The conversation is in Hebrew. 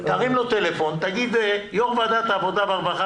תרים לו טלפון ותגיד לו שיושב ראש ועדת העבודה והרווחה